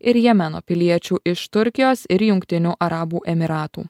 ir jemeno piliečių iš turkijos ir jungtinių arabų emyratų